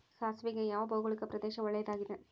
ಸಾಸಿವೆಗೆ ಯಾವ ಭೌಗೋಳಿಕ ಪ್ರದೇಶ ಒಳ್ಳೆಯದಾಗಿದೆ?